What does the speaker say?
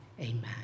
Amen